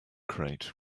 crate